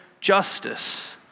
justice